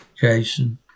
Jason